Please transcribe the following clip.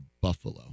Buffalo